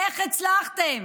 איך הצלחתם?